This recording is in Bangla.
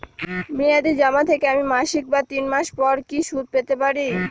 মেয়াদী জমা থেকে আমি মাসিক বা তিন মাস পর কি সুদ পেতে পারি?